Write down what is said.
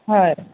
হয়